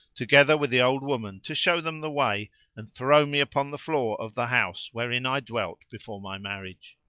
together with the old woman to show them the way and throw me upon the floor of the house wherein i dwelt before my marriage.